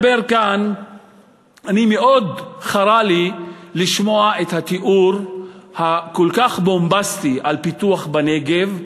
מאוד חרה לי לשמוע את התיאור הכל-כך בומבסטי על פיתוח בנגב,